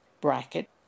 bracket